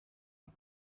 and